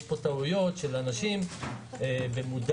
יש פה טעויות של אנשים במודע,